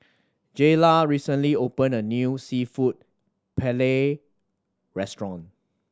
Jayla recently opened a new Seafood Paella Restaurant